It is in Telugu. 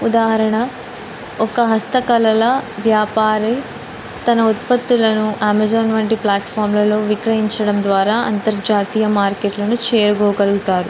ఉదాహరణ ఒక హస్తకళల వ్యాపారి తన ఉత్పత్తులను అమెజాన్ వంటి ప్లాట్ఫామ్లలో విక్రయించడం ద్వారా అంతర్జాతీయ మార్కెట్లను చేరుకోగలుగుతారు